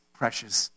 precious